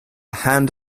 hand